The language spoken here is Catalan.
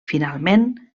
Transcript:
finalment